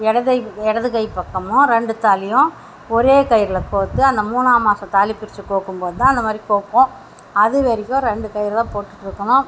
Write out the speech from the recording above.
இடதுகை இடதுகை பக்கமும் ரெண்டு தாலியும் ஒரே கயிறில் கோர்த்து அந்த மூணாம் மாதம் தாலிப்பிரித்து கோர்க்கும்போதுதான் அந்த மாரி கோர்ப்போம் அதுவரைக்கும் ரெண்டு கயிறுதான் போட்டுட்ருக்கணும்